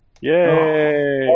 Yay